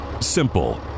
Simple